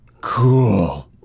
Cool